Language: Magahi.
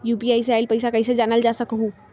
यू.पी.आई से आईल पैसा कईसे जानल जा सकहु?